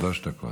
שלוש דקות.